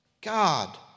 God